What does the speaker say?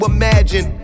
imagine